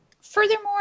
Furthermore